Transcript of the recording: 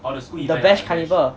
what are the best carnival